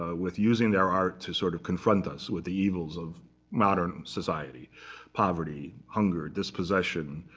ah with using their art to sort of confront us with the evils of modern society poverty, hunger, dispossession,